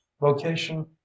vocation